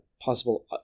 possible